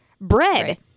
bread